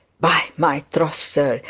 by my troth, sir,